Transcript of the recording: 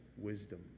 wisdom